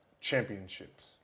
championships